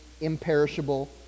imperishable